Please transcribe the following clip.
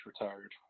retired